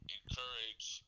encourage